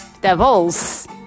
Devils